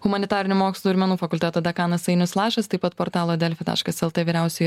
humanitarinių mokslų ir menų fakulteto dekanas ainius lašas taip pat portalo delfi taškas lt vyriausioji